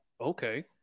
Okay